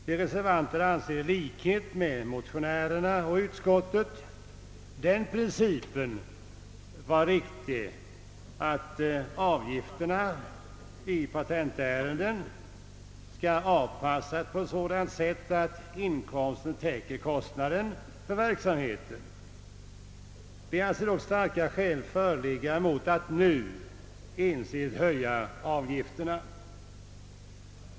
Vi reservanter anser i likhet med motionärerna och utskottsmajoriteten den principen vara riktig, att avgifterna i patentärenden skall av passas på sådant sätt att inkomsten täcker kostnaden för verksamheten. Vi anser dock starka skäl föreligga mot att nu ensidigt höja avgifterna.